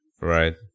Right